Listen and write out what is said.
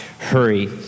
Hurry